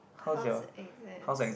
how's the exams